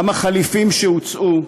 גם התחליפים שהוצעו,